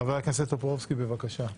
חבר הכנסת טופורובסקי, בבקשה.